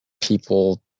People